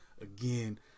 Again